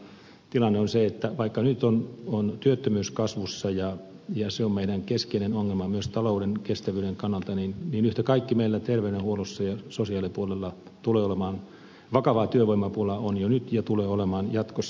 meillä tilanne on se että vaikka nyt on työttömyys kasvussa ja se on meidän keskeinen ongelmamme myös talouden kestävyyden kannalta niin yhtä kaikki meillä terveydenhuollossa ja sosiaalipuolella tulee olemaan vakavaa työvoimapulaa on jo nyt ja tulee olemaan jatkossa